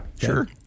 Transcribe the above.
Sure